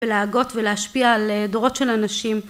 ולהגות ולהשפיע על דורות של אנשים